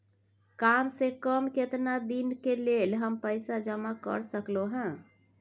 काम से कम केतना दिन के लेल हम पैसा जमा कर सकलौं हैं?